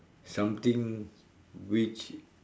something which